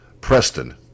Preston